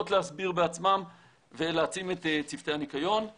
להסביר בעצמן ולהעצים את צוותי הניקיון;